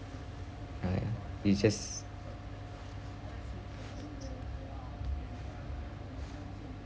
uh you just